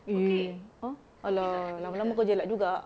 ya ah a~ lah lama-lama kau jelak juga